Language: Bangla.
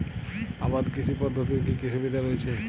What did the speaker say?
আবাদ কৃষি পদ্ধতির কি কি সুবিধা রয়েছে?